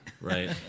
Right